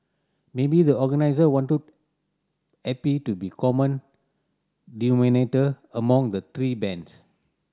maybe the organiser wanted to happy to be common denominator among the three bands